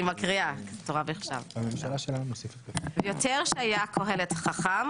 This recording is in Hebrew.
אני מקריאה: וְיֹתֵר שֶׁהָיָה קֹהֶלֶת חָכָם